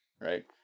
right